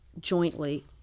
jointly